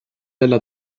della